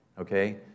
Okay